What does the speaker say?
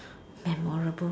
memorable